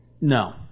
No